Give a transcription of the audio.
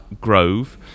Grove